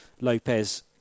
Lopez